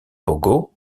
pogo